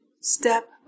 step